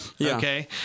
Okay